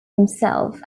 himself